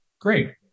great